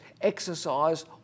exercise